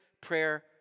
prayer